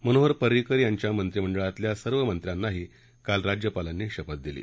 मनोहर परिंकर यांच्या मत्रिमंडळातल्या सर्व मंत्र्यांनाही काल राज्यपालांनी शपथ दिली